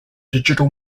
digital